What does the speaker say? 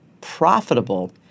profitable